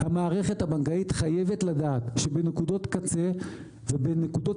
המערכת הבנקאית חייבת לדעת שבנקודות קצה ובנקודות